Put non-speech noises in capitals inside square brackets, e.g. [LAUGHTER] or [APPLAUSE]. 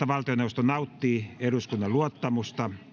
[UNINTELLIGIBLE] valtioneuvosto eduskunnan luottamusta